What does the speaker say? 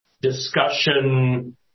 discussion